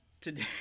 today